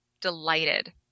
delighted